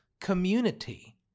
community